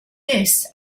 this